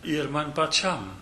ir man pačiam